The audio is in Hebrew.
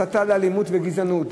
הסתה לאלימות וגזענות.